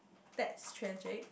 that's tragic